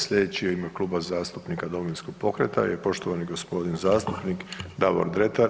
Sljedeći je u ime Kluba zastupnika Domovinskog pokreta je poštovani g. zastupnik Davor Dretar.